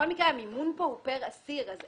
כמו שהוער פה, אנחנו